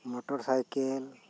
motor cycle